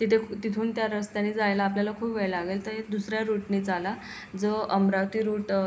तिथे तिथून त्या रस्त्यानी जायला आपल्याला खूप वेळ लागेल तरी दुसऱ्या रूटनी चाला जो अमरावती रूट